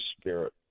spirit